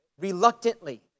reluctantly